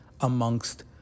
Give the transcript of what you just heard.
amongst